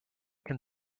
but